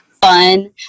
fun